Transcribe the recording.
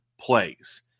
plays